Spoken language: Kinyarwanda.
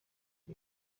byo